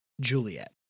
Juliet